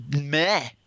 meh